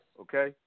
Okay